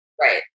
Right